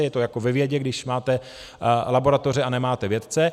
Je to jako ve vědě, když máte laboratoře a nemáte vědce.